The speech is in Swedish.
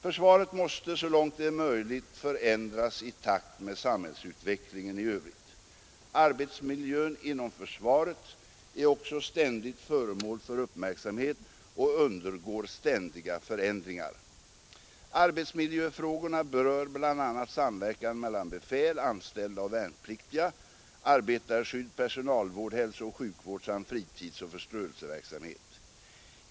Försvaret måste så långt det är möjligt förändras i takt med samhällsutvecklingen i övrigt. Arbetsmiljön inom försvaret är också ständigt föremål för uppmärksamhet och undergår ständiga förändringar. Arbetsmiljöfrågor berör bl.a. samverkan mellan befäl, anställda och värnpliktiga, arbetarskydd, personalvård, hälsooch sjukvård samt fritidsoch förströelseverksamhet.